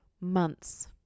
months